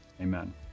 Amen